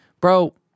bro